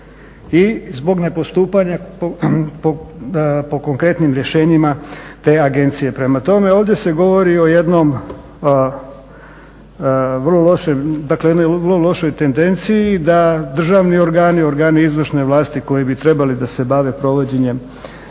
i zbog nepostupanja po konkretnim rješenjima te agencije. Prema tome ovdje se govori o jednom vrlo lošem, dakle jednoj vrlo lošoj tendenciji da državni organi, organi izvršne vlasti koji bi trebali da se bave provođenjem